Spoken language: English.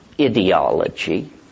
ideology